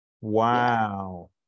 Wow